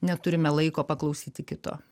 neturime laiko paklausyti kito